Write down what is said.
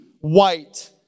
white